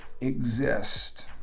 exist